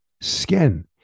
skin